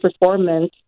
performance